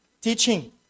teaching